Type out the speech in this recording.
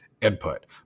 input